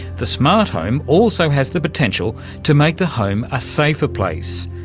the smart home also has the potential to make the home a safer place,